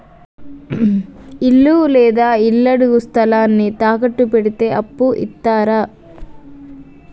ఇల్లు లేదా ఇళ్లడుగు స్థలాన్ని తాకట్టు పెడితే అప్పు ఇత్తరా?